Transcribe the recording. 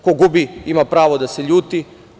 Ko gubi ima pravo da se ljuti.